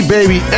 Baby